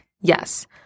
yes